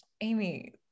Amy